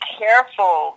careful